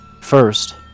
first